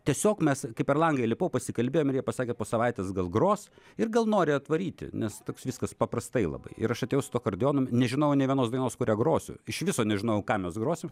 tiesiog mes kai per langą įlipau pasikalbėjom ir jie pasakė po savaitės gal gros ir gal nori atvaryti nes toks viskas paprastai labai ir aš atėjau su akordeonu nežinojau nė vienos dainos kurią grosiu iš viso nežinojau ką mes grosim